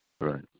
Right